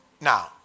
Now